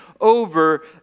over